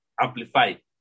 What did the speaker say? Amplified